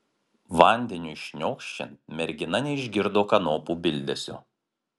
vandeniui šniokščiant mergina neišgirdo kanopų bildesio